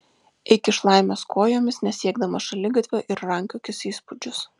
eik iš laimės kojomis nesiekdamas šaligatvio ir rankiokis įspūdžius